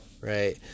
Right